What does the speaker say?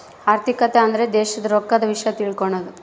ಆರ್ಥಿಕತೆ ಅಂದ್ರ ದೇಶದ್ ರೊಕ್ಕದ ವಿಷ್ಯ ತಿಳಕನದು